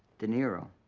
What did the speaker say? de niro.